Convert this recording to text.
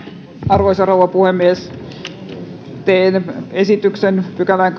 arvoisa rouva puhemies teen esityksen kahdenteenkymmenenteenseitsemänteen pykälään